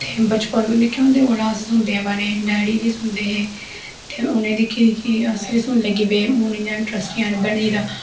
ते बचरन निक्के होंदे कोला अस सुनदे अवा ने डैड़ी बी सुनदे हे ते उनेंगी दिक्खी दिक्खियै अस बी सुनन लगी पे हून इयां इंट्रस्ट जन बनी दा